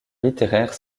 littéraire